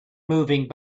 moving